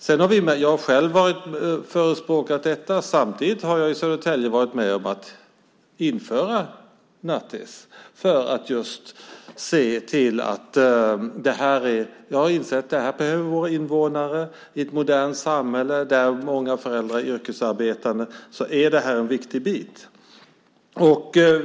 Jag har själv förespråkat detta. Samtidigt har jag i Södertälje varit med om att införa nattis eftersom jag har insett att invånarna i ett modernt samhälle behöver detta. När många föräldrar yrkesarbetar är detta en viktig fråga.